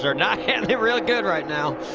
not having it real good right now.